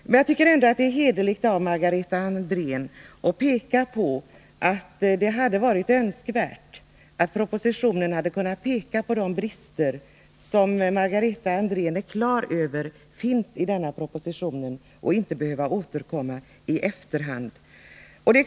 Men jag tycker ändå att det är hederligt av Margareta Andrén att framhålla att det hade varit önskvärt att man i propositionen hade kunnat avhjälpa de brister som nu finns i denna proposition och som Margareta är klar över, så att man inte hade behövt återkomma i efterhand.